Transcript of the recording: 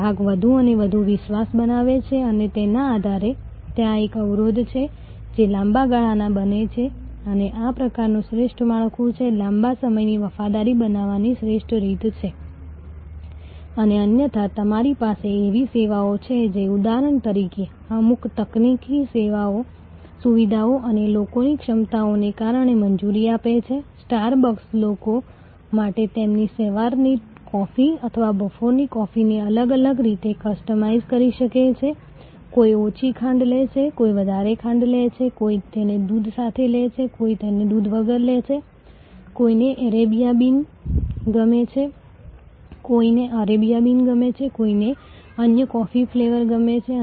તેથી મૂળભૂત રીતે આજે આપણે કોઈપણ સેવા માર્કેટિંગ કરવા માંગીએ છીએ તમે સૌથી નીચલા સ્તરે આ સીડીનો દાવો કરવા માંગો છો અમારી પાસે ટ્રાન્ઝેક્શનલ માર્કેટિંગ છે જે એક સમય એક ટ્રાન્ઝેક્શન અથવા નજીકના વિસ્તારમાં વ્યવહારની અમુક શ્રેણી છે તે પછી રિલેશનલ રિકોલ છે જ્યાં વ્યવહારનો વિરોધ કરો જ્યાં સેવા પ્રદાતાને સંબંધમાં સેવા ગ્રાહક વિશે કોઈ જાણકારી ન હોય દેખીતી રીતે તમે ગ્રાહક વિશે જ્ઞાન વિકસાવ્યું છે